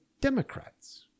Democrats